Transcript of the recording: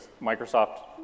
Microsoft